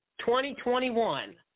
2021